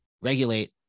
regulate